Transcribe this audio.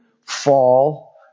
fall